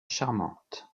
charmante